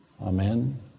Amen